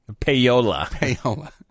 Payola